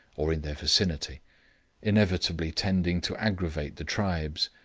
or in their vicinity inevitably tending to aggravate the tribes,